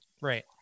Right